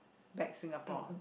back Singapore